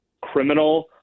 criminal